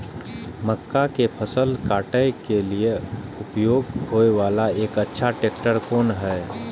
मक्का के फसल काटय के लिए उपयोग होय वाला एक अच्छा ट्रैक्टर कोन हय?